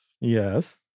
Yes